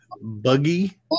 buggy